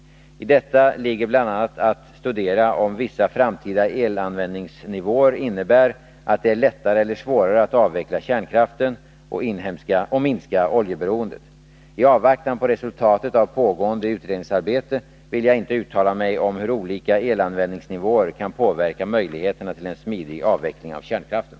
I detta ligger bl.a. att studera om vissa framtida elanvändningsnivåer innebär att det är lättare eller svårare att avveckla kärnkraften och minska oljeberoendet. I avvaktan på resultatet av pågående utredningsarbete vill jag inte uttala mig om hur olika elanvändningsnivåer kan påverka möjligheterna till en smidig avveckling av kärnkraften.